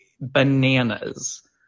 bananas